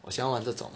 我喜欢玩这种